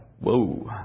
Whoa